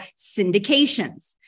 syndications